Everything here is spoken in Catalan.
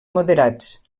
moderats